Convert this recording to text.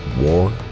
War